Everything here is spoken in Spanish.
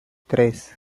tres